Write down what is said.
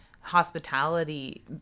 hospitality